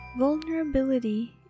Vulnerability